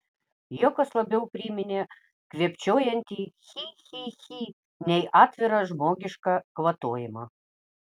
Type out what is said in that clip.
juokas labiau priminė kvėpčiojantį chi chi chi nei atvirą žmogišką kvatojimą